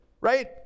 right